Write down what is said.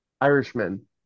Irishmen